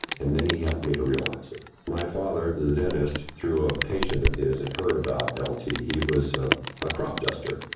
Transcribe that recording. and then he helped me to realize it. my father, the dentist, through a patient of his, had heard about lt. he he was ah a crop duster.